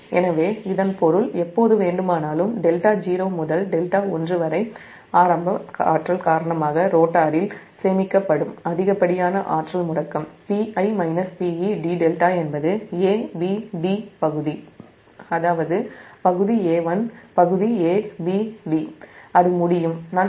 எனவே இதன் பொருள் எப்போது வேண்டுமானாலும் δ0 முதல் δ1 வரை ஆரம்ப ஆற்றல் காரணமாக ரோட்டரில் சேமிக்கப்படும் அதிகப்படியான ஆற்றல் முடுக்கம் dδ என்பது a b d பகுதி அதாவது இந்த பகுதி A1 பகுதி a b d